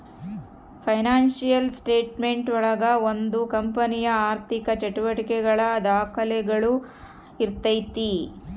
financial statement ಒಳಗ ಒಂದು ಕಂಪನಿಯ ಆರ್ಥಿಕ ಚಟುವಟಿಕೆಗಳ ದಾಖುಲುಗಳು ಇರ್ತೈತಿ